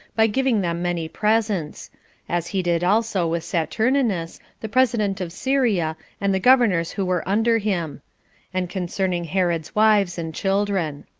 by giving them many presents as he did also with saturninus, the president of syria and the governors who were under him and concerning herod's wives and children.